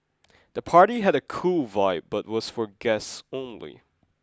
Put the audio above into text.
the party had a cool vibe but was for guests only